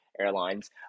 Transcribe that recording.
Airlines